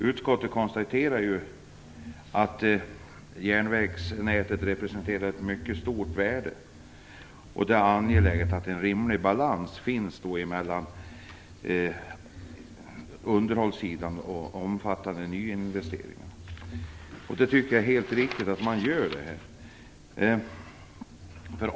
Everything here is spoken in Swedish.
Utskottet konstaterar att järnvägsnätet representerar ett mycket stort värde, och det är då angeläget att det finns en rimlig balans mellan underhållssidan och de omfattande nyinvesteringarna. Det tycker jag är helt riktigt.